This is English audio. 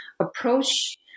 approach